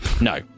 No